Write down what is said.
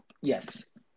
Yes